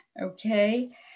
okay